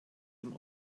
dem